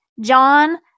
John